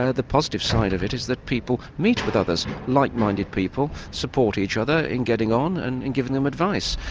ah the positive side of it is that people meet with others like-minded people support each other in getting on and and giving them advice,